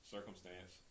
Circumstance